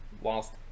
Whilst